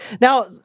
Now